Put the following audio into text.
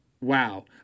wow